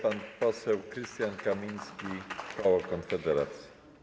Pan poseł Krystian Kamiński, koło Konfederacji.